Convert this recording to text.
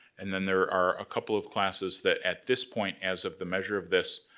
and then there are a couple of classes that, at this point, as of the measure of this,